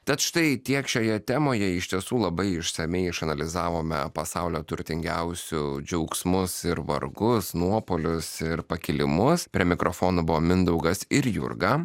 tad štai tiek šioje temoje iš tiesų labai išsamiai išanalizavome pasaulio turtingiausių džiaugsmus ir vargus nuopuolius ir pakilimus prie mikrofono buvo mindaugas ir jurga